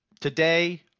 Today